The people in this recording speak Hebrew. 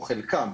או חלקם,